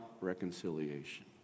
reconciliation